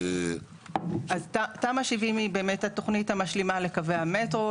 אז תמ"א 70 היא באמת התוכנית המשלימה לקווי המטרו,